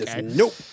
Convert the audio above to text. Nope